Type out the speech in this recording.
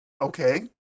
Okay